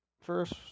First